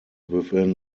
within